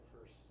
first